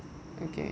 okay